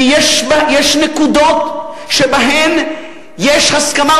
כי יש נקודות שבהן יש הסכמה,